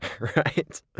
right